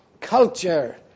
culture